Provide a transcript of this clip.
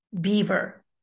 beaver